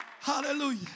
Hallelujah